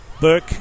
Burke